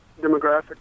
demographic